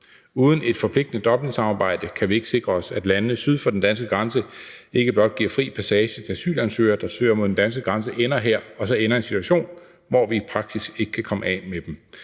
Uden et forpligtende Dublinsamarbejde kan vi ikke sikre os, at landene syd for den danske grænse ikke blot giver fri passage til, at asylansøgere, der søger mod den danske grænse, ender her, og vi så ender i en situation, hvor vi i praksis ikke kan komme af med dem.